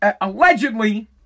allegedly